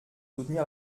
soutenir